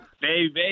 baby